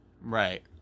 Right